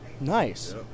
Nice